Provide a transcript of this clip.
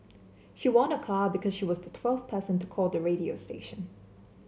she won a car because she was the twelfth person to call the radio station